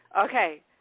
Okay